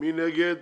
מי נגד?